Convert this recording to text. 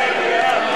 ההצעה